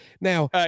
now